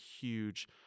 huge